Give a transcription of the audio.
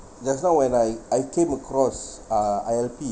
just now when I I came across uh I_L_P